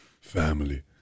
Family